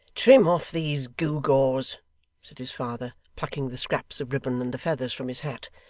trim off these gewgaws said his father, plucking the scraps of ribbon and the feathers from his hat,